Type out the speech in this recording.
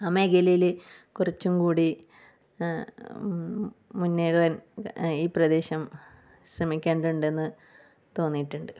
ആ മേഖലയിൽ കുറച്ചുംകൂടി മുന്നേറാൻ ഈ പ്രദേശം ശ്രമിക്കേണ്ടതുണ്ടെന്ന് തോന്നിയിട്ടുണ്ട്